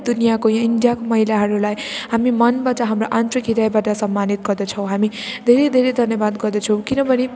दुनियाँको यहाँ इन्डियाको महिलाहरूलाई हामी मनबाट हाम्रो आन्तरिक हृदयबाट सम्मानित गर्दछौँ हामी धेरै धेरै धन्यवाद गर्दछौँ किनभने